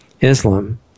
Islam